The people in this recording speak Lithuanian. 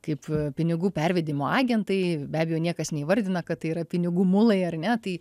kaip pinigų pervedimo agentai be abejo niekas neįvardina kad tai yra pinigų mulai ar ne tai